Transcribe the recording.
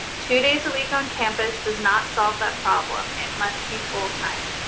two days a week on campus does not solve that problem. it must be full time.